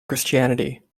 christianity